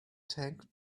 tank